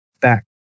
back